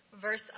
verse